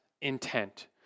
intent